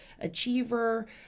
achiever